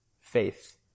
Faith